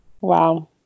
Wow